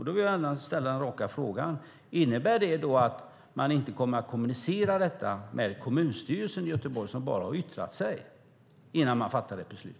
Då vill jag ställa en rak fråga: Innebär det att man inte kommer att kommunicera frågan med kommunstyrelsen i Göteborg, som bara kan yttra sig, innan man fattar beslut?